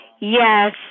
Yes